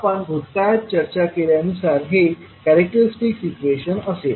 आपण भूतकाळात चर्चा केल्यानुसार हे कॅरेक्टरिस्टिक इक्वेशन असेल